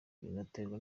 binaterwa